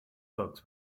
folks